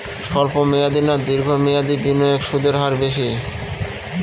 স্বল্প মেয়াদী না দীর্ঘ মেয়াদী বিনিয়োগে সুদের হার বেশী?